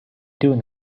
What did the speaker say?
doing